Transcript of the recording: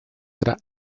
tra